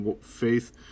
faith